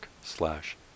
slash